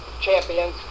champions